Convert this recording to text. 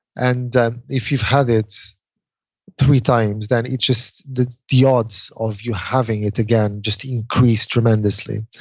and if you've had it three times, then it just, the the odds of you having it again just increase tremendously.